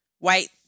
white